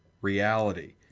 reality